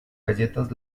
galletas